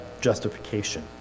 justification